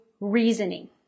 reasoning